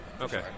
Okay